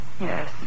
Yes